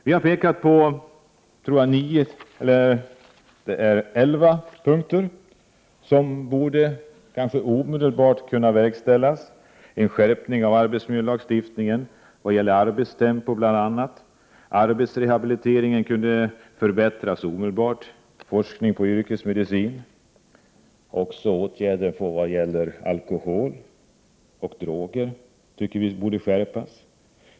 Vi har pekat på några åtgärder som omedelbart borde kunna verkställas: Arbetsrehabiliteringen kunde förbättras omedelbart. Åtgärderna mot alkohol och droger borde skärpas.